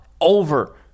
over